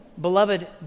Beloved